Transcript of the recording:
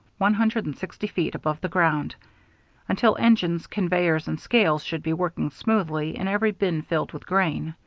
one hundred and sixty feet above the ground until engines, conveyors, and scales should be working smoothly and every bin filled with grain.